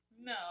No